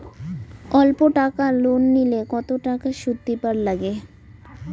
অল্প টাকা লোন নিলে কতো টাকা শুধ দিবার লাগে?